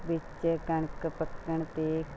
ਵਿੱਚ ਕਣਕ ਪੱਕਣ 'ਤੇ